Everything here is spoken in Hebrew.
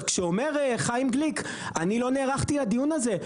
כשאומר חיים גליק: אני לא נערכתי לדיון הזה.